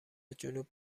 جنوب